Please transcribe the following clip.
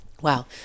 Wow